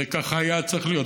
ככה זה היה צריך להיות.